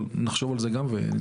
אבל, נחשוב על זה גם ונחשוב